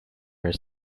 her